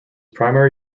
primary